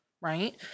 Right